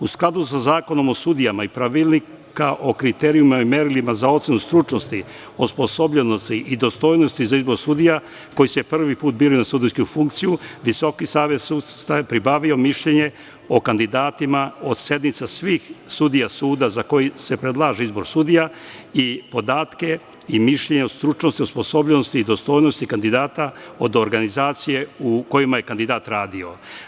U skladu sa Zakonom o sudijama i Pravilnika o kriterijumima i merilima za ocenu stručnosti, osposobljenosti i dostojnosti za izbor sudija koji se prvi put biraju na sudijsku funkciju, Visoki savet sudstva je pribavio mišljenje o kandidatima od sednica svih sudija suda za koji se predlaže izbor sudija i podatke i mišljenja o stručnosti, osposobljenosti i dostojnosti kandidata od organizacije u kojoj je kandidat radio.